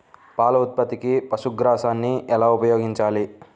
పాల ఉత్పత్తికి పశుగ్రాసాన్ని ఎలా ఉపయోగించాలి?